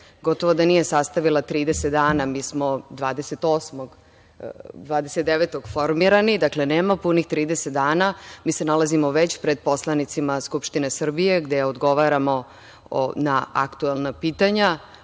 gotovo da nije sastavila 30 dana, mi smo 29. formirani, nema ni 30 dana a mi se nalazimo već pred poslanicima Skupštine Srbije, gde odgovaramo na aktuelna pitanja